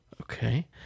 Okay